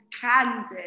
Candy